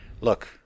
look